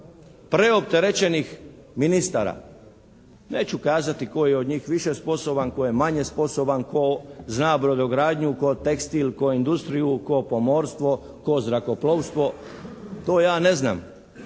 preopterećenih ministara? Neću kazati tko je od njih više sposoban, tko je manje sposoban, tko zna brodogradnju, tko tekstil, tko industriju, tko pomorstvo, tko zrakoplovstvo, to ja ne znam.